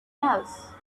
else